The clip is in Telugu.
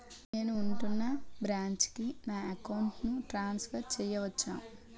నేను ఉంటున్న బ్రాంచికి నా అకౌంట్ ను ట్రాన్సఫర్ చేయవచ్చా?